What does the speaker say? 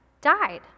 died